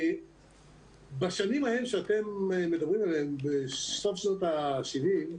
בשנים שאתם מדברים עליהן, סוף שנות ה-70',